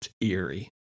eerie